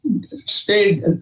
stayed